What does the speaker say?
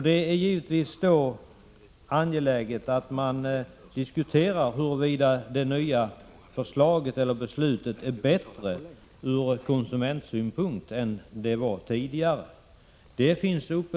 Det är givetvis angeläget att man diskuterar huruvida det nya beslutet är bättre från konsumentsynpunkt än det tidigare.